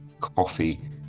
coffee